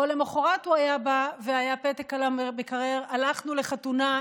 או שלמוחרת הוא היה בא והיה פתק על המקרר: הלכנו לחתונה,